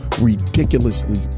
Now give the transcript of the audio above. ridiculously